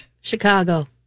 Chicago